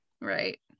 Right